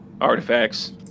Artifacts